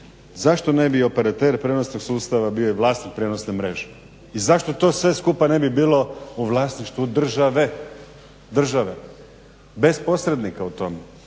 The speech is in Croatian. zašto ne bi i operater prijenosnog sustava bio i vlasnik prijenosne mreže i zašto to sve skupa ne bi bilo u vlasništvu države bez posrednika u tome.